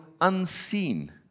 unseen